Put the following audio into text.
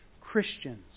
Christians